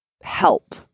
help